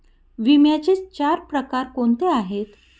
विम्याचे चार प्रकार कोणते आहेत?